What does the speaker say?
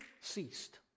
ceased